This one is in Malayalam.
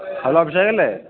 ഹലോ അഭിഷേകല്ലേ